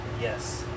Yes